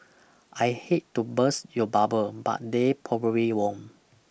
I hate to burst your bubble but they probably won't